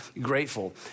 grateful